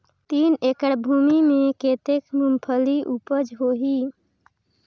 तीन एकड़ भूमि मे कतेक मुंगफली उपज होही?